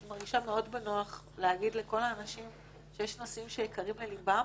אני מרגישה מאוד בנוח להגיד לכל האנשים שיש נושאים שיקרים לליבם,